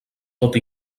tot